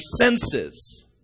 senses